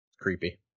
creepy